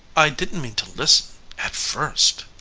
i didn't mean to listen at first.